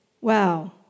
Wow